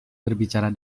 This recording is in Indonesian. berbicara